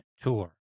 tour